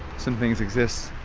some things exist.